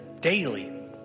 daily